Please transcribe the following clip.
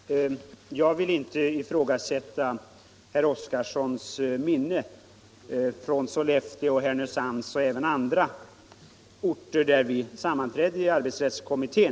Herr talman! Jag vill inte ifrågasätta herr Oskarsons minnesbilder i samband med arbetsrättskommitténs sammanträden i Sollefteå, Härnösand eller på andra orter.